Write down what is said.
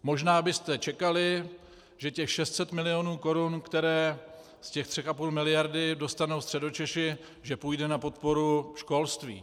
Možná byste čekali, že těch 600 milionů korun, které z těch 3,5 miliardy dostanou Středočeši, půjde na podporu školství.